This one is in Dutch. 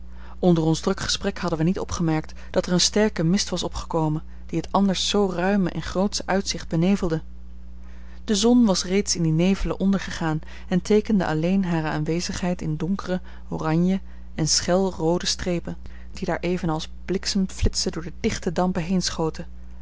onder ons druk gesprek hadden wij niet opgemerkt dat er een sterke mist was opgekomen die het anders zoo ruime en grootsche uitzicht benevelde de zon was reeds in die nevelen ondergegaan en teekende alleen hare aanwezigheid in donkere oranje en schel roode strepen die daar evenals bliksemflitsen door de dichte dampen